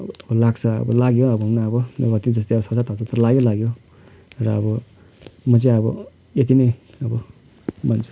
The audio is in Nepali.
लाग्छ अब लाग्यो भनौँ न अब त्यो जस्तै छ सात हजार त लाग्यो लाग्यो र अब म चाहिँ अब यति नै अब भन्छु